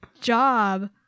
job